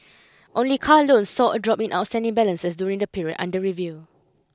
only car loans saw a drop in outstanding balances during the period under review